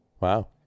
Wow